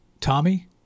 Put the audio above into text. Tommy